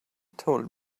told